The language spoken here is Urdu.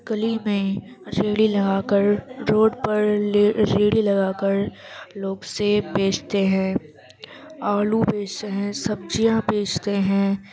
گلی میں ریڑھی لگا کر روڈ پر لے ریڑھی لگا کر لوگ سیب بیچتے ہیں آلو بیچتے ہیں سبزیاں بیچتے ہیں